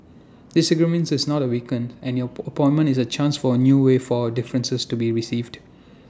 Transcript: disagreement is not the weaken and your appointment is A chance for A new way for our differences to be received